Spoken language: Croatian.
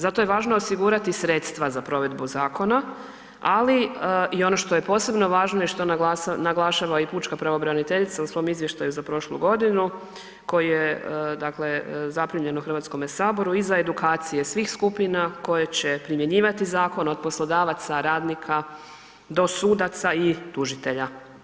Zato je važno osigurati sredstva za provedbu zakona, ali i ono što je posebno važno i što naglašava i pučka pravobraniteljica u svom izvještaju za prošlu godinu koji je zaprimljen u HS-u, i za edukacije svih skupina koje će primjenjivati zakon od poslodavaca, radnika do sudaca i tužitelja.